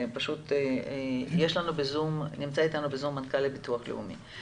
נמצא אתנו בזום מנכ"ל הביטוח הלאומי,